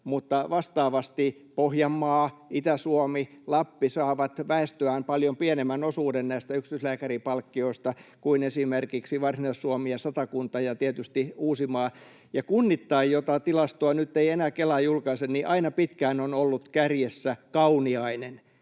mutta vastaavasti Pohjanmaa, Itä-Suomi ja Lappi saavat väestöään paljon pienemmän osuuden näistä yksityislääkäripalkkioista kuin esimerkiksi Varsinais-Suomi ja Satakunta ja tietysti Uusimaa. Ja kunnittain, jota tilastoa Kela ei nyt enää julkaise, aina pitkään on ollut kärjessä Kauniainen.